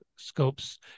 Scopes